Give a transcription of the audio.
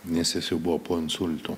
nes jis jau buvo po insultų